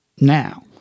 now